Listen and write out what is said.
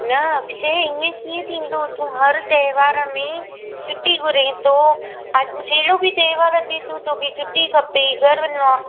न अक्षय हीअं कीअं थींदो तूं हर त्योहार में छुटी घुरीं थो अॼु जहिड़ो बि त्योहारु अचे तोखे छुटी खपे घरु वञिणो आहे